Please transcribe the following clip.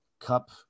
cup